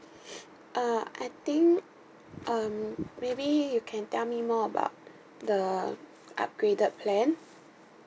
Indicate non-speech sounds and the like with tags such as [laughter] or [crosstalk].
[breath] uh I think um maybe you can tell me more about the upgraded plan